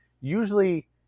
usually